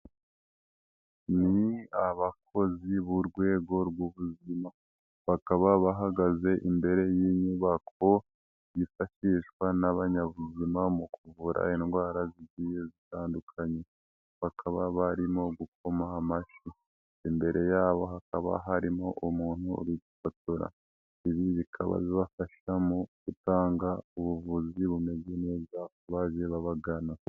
Ni abakozi b'urwego rw'ubuzima, bakaba bahagaze imbere y'inyubako yifashishwa n'abanyabuzima mu kuvura indwara z'jyiye zitandukanye. Bakaba barimo gukoma amashyi imbere yabo hakaba harimo umuntu wifotora. Ibi bikaba bibafasha mu gutanga ubuvuzi bumeze neza kubajyige bagana.